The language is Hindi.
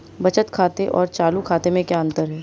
बचत खाते और चालू खाते में क्या अंतर है?